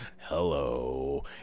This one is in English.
hello